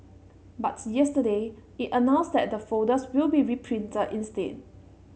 but yesterday it announced that the folders will be reprinted instead